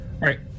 right